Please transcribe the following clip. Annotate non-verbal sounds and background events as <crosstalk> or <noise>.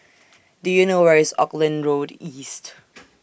Do YOU know Where IS Auckland Road East <noise>